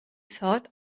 thought